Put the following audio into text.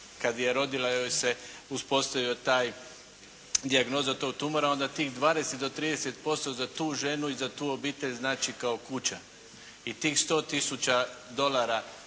kad je rodila joj se uspostavio taj, dijagnoza tog tumora, onda tih 20-30% za tu ženu i za tu obitelj znači kao kuća i tih 100 tisuća dolara